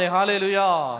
Hallelujah